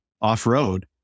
off-road